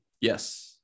Yes